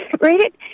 right